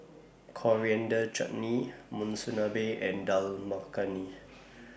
Coriander Chutney Monsunabe and Dal Makhani